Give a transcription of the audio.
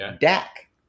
Dak